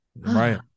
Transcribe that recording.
Right